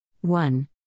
one